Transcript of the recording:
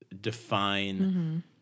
define